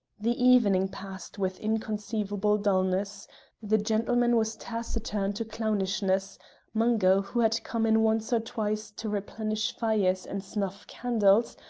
the evening passed with inconceivable dulness the gentleman was taciturn to clownishness mungo, who had come in once or twice to replenish fires and snuff candles,